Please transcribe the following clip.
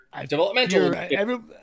Developmental